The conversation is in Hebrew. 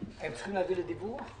הם צריכים להעביר לדיווח?